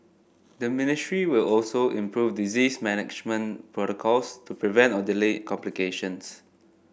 the ministry will also improve disease management protocols to prevent or delay complications